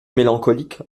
mélancolique